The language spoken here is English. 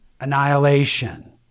annihilation